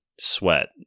sweat